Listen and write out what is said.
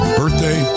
birthday